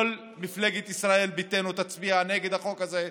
כל מפלגת ישראל ביתנו תצביע נגד החוק הזה.